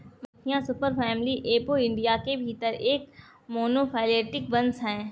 मधुमक्खियां superfamily Apoidea के भीतर एक मोनोफैलेटिक वंश हैं